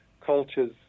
cultures